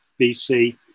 BC